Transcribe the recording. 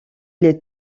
les